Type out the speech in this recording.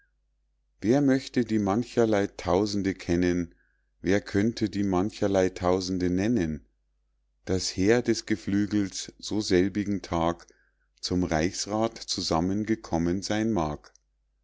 wer möchte die mancherlei tausende kennen wer könnte die mancherlei tausende nennen das heer des geflügels so selbigen tag zum reichsrath zusammen gekommen seyn mag